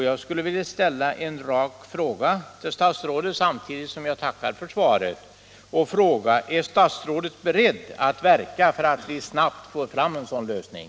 Jag skulle vilja ställa en rak fråga till statsrådet, samtidigt som jag tackar för svaret: Är statsrådet beredd att verka för att vi snabbt får fram en sådan lösning?